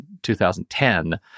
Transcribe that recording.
2010